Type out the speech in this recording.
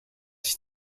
sich